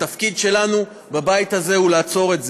התפקיד שלנו בבית הזה הוא לעצור את זה.